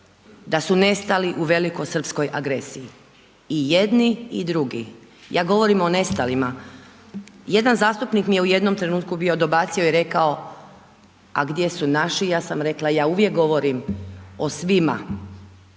da su nestali u velikosrpskoj agresiji i jedni i drugi, ja govorim o nestalima. Jedan zastupnik mi je u jednom trenutku bio dobacio i rekao a gdje su naši, ja sam rekla ja uvijek govorim o svima,